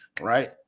right